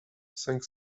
cinq